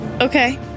Okay